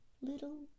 little